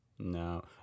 No